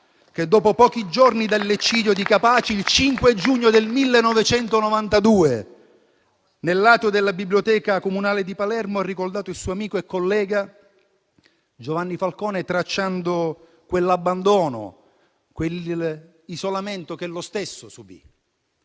che, dopo pochi giorni dall'ecidio di Capaci, il 5 giugno 1992, nel lato della biblioteca comunale di Palermo, ha ricordato il suo amico e collega Giovanni Falcone, tracciando quell'abbandono e quell'isolamento che egli stesso subì.